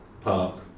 park